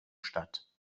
statt